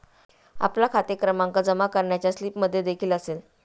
आपला खाते क्रमांक जमा करण्याच्या स्लिपमध्येदेखील असेल